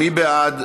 מי בעד?